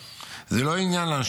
זה לא עניין לבריאות הנפש בלבד,